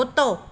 कुतो